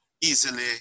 easily